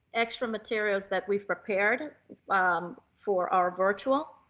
extra materials that we've prepared um for our virtual